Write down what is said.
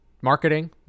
Marketing